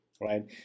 right